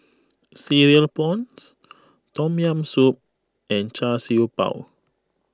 Cereal Prawns Tom Yam Soup and Char Siew Bao